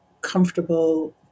comfortable